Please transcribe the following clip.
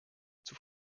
zur